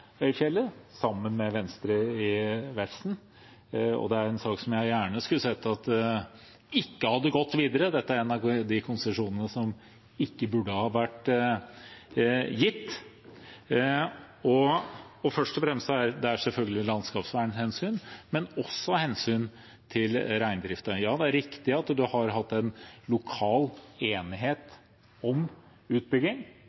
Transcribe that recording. Øyfjellet, sammen med Venstre i Vefsn, og det er en sak jeg gjerne skulle sett at ikke hadde gått videre. Dette er en av de konsesjonene som ikke burde ha vært gitt. Først og fremst er det selvfølgelig landskapsvernhensyn, men også hensynet til reindrifta. Ja, det er riktig at man har hatt en lokal